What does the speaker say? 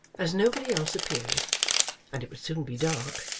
as nobody else appeared and it would soon be dark,